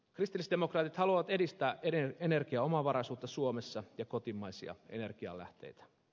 kristillisdemokraatit haluavat edistää energiaomavaraisuutta suomessa ja kotimaisia energialähteitä